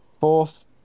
Fourth